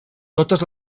totes